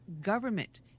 government